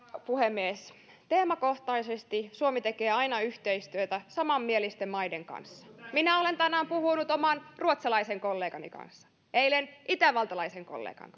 puhemies teemakohtaisesti suomi tekee aina yhteistyötä samanmielisten maiden kanssa minä olen tänään puhunut oman ruotsalaisen kollegani kanssa eilen itävaltalaisen kollegan